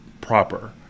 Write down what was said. proper